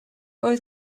oedd